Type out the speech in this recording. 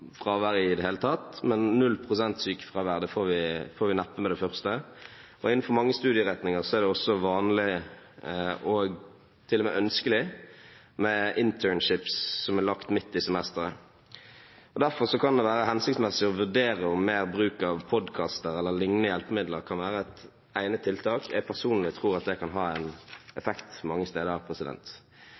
fravær i det hele tatt, men null prosent sykefravær får vi neppe med det første. Innenfor mange studieretninger er det også vanlig, og til og med ønskelig, med «internships» som er lagt midt i semesteret. Derfor kan det være hensiktsmessig å vurdere om mer bruk av podkaster eller lignende hjelpemidler kan være et egnet tiltak. Jeg personlig tror at det kan ha effekt mange steder.